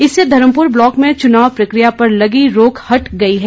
इससे धर्मपुर ब्लॉक में चुनाव प्रक्रिया पर लगी रोक हट गई है